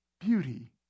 beauty